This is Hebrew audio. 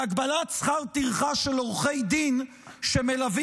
בהגבלת שכר טרחה של עורכי דין שמלווים